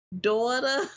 daughter